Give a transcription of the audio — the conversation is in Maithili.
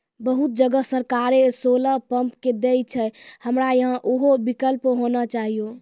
बहुत जगह सरकारे सोलर पम्प देय छैय, हमरा यहाँ उहो विकल्प होना चाहिए?